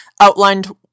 outlined